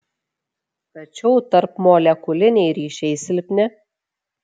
tačiau tarpmolekuliniai ryšiai silpni